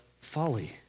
folly